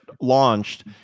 launched